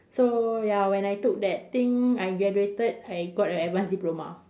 so ya when I took that thing I graduated I got an advanced diploma